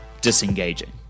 disengaging